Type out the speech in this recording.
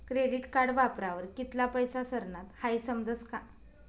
credit card वापरावर कित्ला पैसा सरनात हाई समजस का